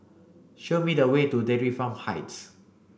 show me the way to Dairy Farm Heights